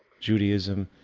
judaism,